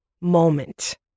moment